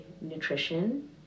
nutrition